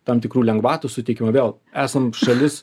tam tikrų lengvatų suteikimą vėl esam šalis